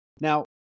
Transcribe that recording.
Now